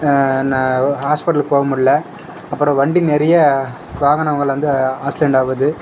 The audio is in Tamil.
நான் ஹாஸ்பிட்டலுக்கு போக முடில அப்புறம் வண்டி நிறைய வாகனங்கள் வந்து ஆக்ன்ஸிடெண்ட் ஆகுது